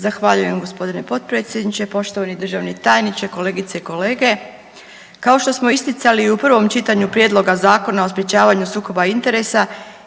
Zahvaljujem gospodine potpredsjedniče. Poštovani državni tajniče, kolegice i kolege. Kao što smo isticali i u prvom čitanju Prijedloga zakona o sprječavanju sukoba interesa